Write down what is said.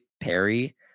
Perry